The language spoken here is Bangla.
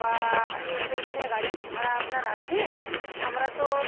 বা এই সেই দিনে গাড়ি কি ভাড়া আপনার আছে আমরা তো